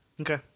okay